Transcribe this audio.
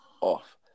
off